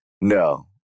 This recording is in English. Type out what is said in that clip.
No